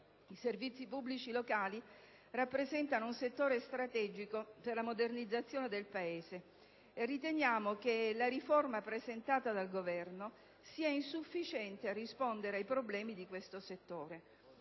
I servizi pubblici locali rappresentano un settore strategico per la modernizzazione del Paese: riteniamo che la riforma presentata dal Governo sia insufficiente a rispondere ai problemi di questo settore.